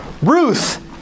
Ruth